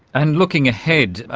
and looking ahead,